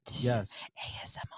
yes